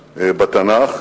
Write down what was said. בתנ"ך,